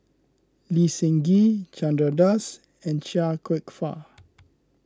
Lee Seng Gee Chandra Das and Chia Kwek Fah